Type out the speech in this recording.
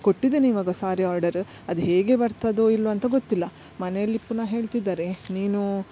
ಕೊಟ್ಟಿದ್ದೇನೆ ಇವಾಗ ಸಾರಿ ಆರ್ಡರ್ ಅದು ಹೇಗೆ ಬರ್ತದೋ ಇಲ್ವೋ ಅಂತ ಗೊತ್ತಿಲ್ಲ ಮನೆಯಲ್ಲಿ ಪುನಃ ಹೇಳ್ತಿದ್ದಾರೆ ನೀನು